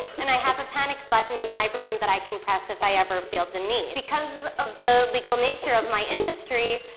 and i have a panic button in my room that i can press if i ever feel the need. because of the legal nature of my industry,